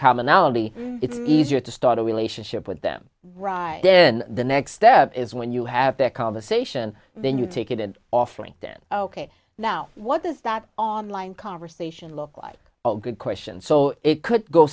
commonality it's easier to start a relationship with them rise then the next step is when you have that conversation then you take it an offering then ok now what does that online conversation look like a good question so it could go